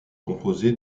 composé